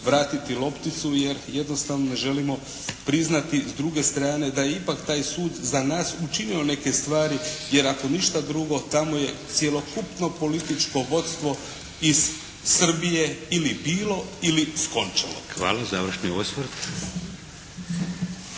vratiti lopticu jer jednostavno ne želimo priznati s druge strane da je ipak taj sud za nas učinio neke stvari. Jer ako ništa drugo, tamo je cjelokupno političko vodstvo iz Srbija ili bilo ili skončalo. **Šeks, Vladimir